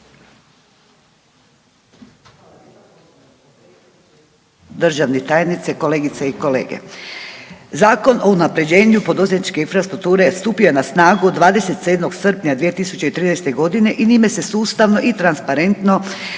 Državni tajnice, kolegice i kolege. Zakon o unaprjeđenju poduzetničke infrastrukture stupio je na snagu 27. srpnja 2013.g. i njime se sustavno i transparentno